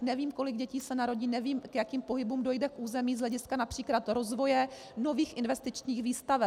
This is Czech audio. Nevím, kolik dětí se narodí, nevím, k jakým pohybům dojde v území z hlediska např. rozvoje nových investičních výstaveb.